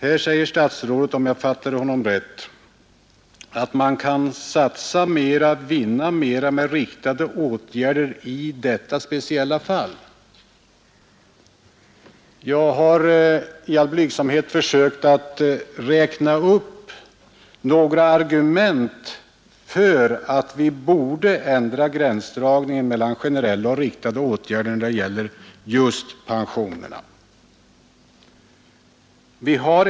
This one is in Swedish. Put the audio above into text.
Här säger statsrådet, om jag fattade honom rätt, att man kan satsa mera och vinna mera med riktade åtgärder i detta speciella fall. Jag har i all blygsamhet försökt räkna upp några argument för att vi borde ändra gränsdragningen mellan generella och riktade åtgärder när det gäller just pensionerna.